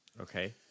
Okay